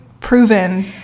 proven